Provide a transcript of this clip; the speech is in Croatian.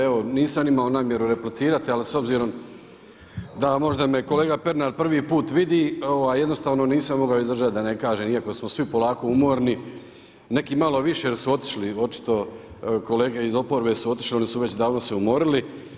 Evo nisam imao namjeru replicirati ali s obzirom da me možda kolega Pernar prvi put vidi, jednostavno nisam mogao izdržati da ne kažem iako smo svi polako umorni, neki malo više jer su otišli očito, kolege iz oporbe su otišle, oni su već davno se umorili.